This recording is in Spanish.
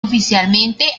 oficialmente